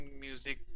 music